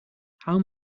how